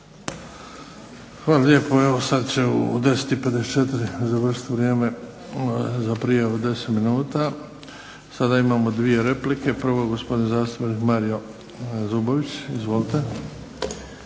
Luka (HDZ)** Evo sad će u 10,54 završiti vrijeme za prijavu od 10 minuta. Sada imamo dvije replike. Prvo je gospodin zastupnik Mario Zubović. Izvolite.